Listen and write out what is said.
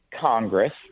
Congress